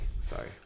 Sorry